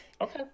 Okay